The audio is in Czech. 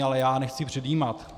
Ale já nechci předjímat.